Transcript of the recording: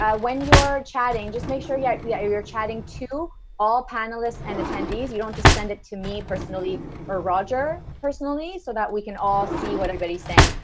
ah when you're chatting just make sure yeah yeah you're chatting to all panelists and attendees. you don't just send it to me personally or roger, personally, so that we can all see what everybody's saying,